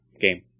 game